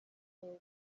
neza